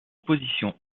position